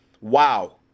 wow